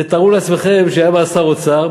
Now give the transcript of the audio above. תתארו לעצמכם שהיה בא שר אוצר,